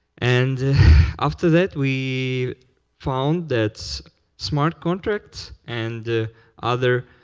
and after that, we found that smart contracts and other